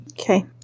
Okay